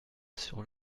sur